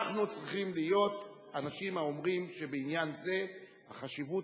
אנחנו צריכים להיות אנשים האומרים שבעניין זה חשיבות